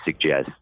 suggest